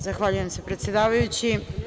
Zahvaljujem se predsedavajući.